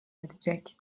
edecek